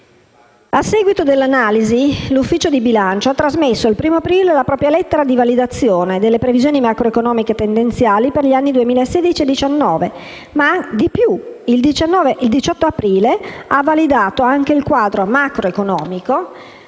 A seguito dell'analisi, l'Ufficio parlamentare di bilancio ha trasmesso il 1° aprile la propria lettera di validazione delle previsioni macroeconomiche tendenziali per gli anni 2016-2019. In più, il 18 aprile ha validato anche il quadro macroeconomico